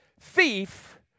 thief